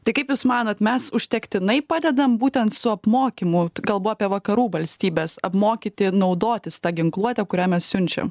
tai kaip jūs manot mes užtektinai padedam būtent su apmokymu kalbu apie vakarų valstybes apmokyti naudotis ta ginkluote kurią mes siunčiam